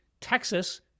Texas